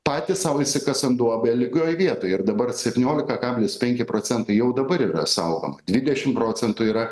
patys sau išsikasam duobę lygioj vietoj ir dabar septyniolika kablis penki procentai jau dabar yra saugoma dvidešim procentų yra